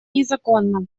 незаконна